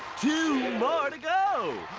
two more to go.